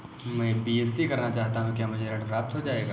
मैं बीएससी करना चाहता हूँ क्या मुझे ऋण प्राप्त हो जाएगा?